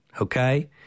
okay